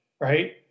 right